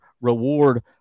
reward